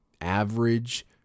average